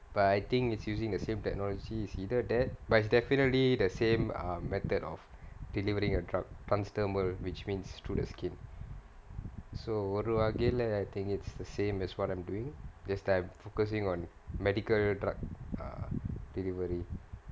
but I think it's using the same technology is either that but it's definitely the same um method of delivering a drug transthermal which means through the skin so ஒரு வகையில:oru vagaiyila I think it's the same as what I'm doing just that I'm focusing on medical drug err delivery